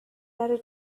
are